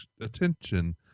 attention